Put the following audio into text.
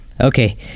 Okay